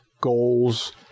goals